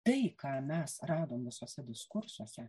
tai ką mes radom visuose diskursuose